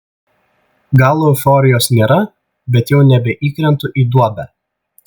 gal euforijos nėra bet jau nebeįkrentu į duobę